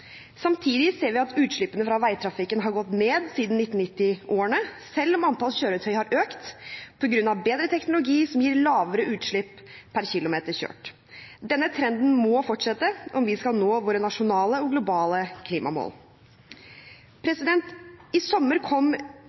Samtidig ser vi at utslippene fra veitrafikken har gått ned siden 1990-årene, selv om antall kjøretøy har økt på grunn av bedre teknologi, som gir lavere utslipp per kilometer kjørt. Denne trenden må fortsette om vi skal nå våre nasjonale og globale klimamål. I sommer kom